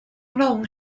long